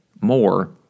more